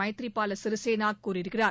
மைத்ரி பால சிறிசேனா கூறியிருக்கிறார்